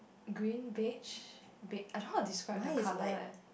green beige bei~ I don't know how to describe the colour leh